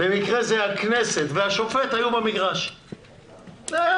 במקרה זה הכנסת והשופט, היו במגרש.